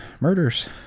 murders